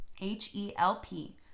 H-E-L-P